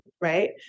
right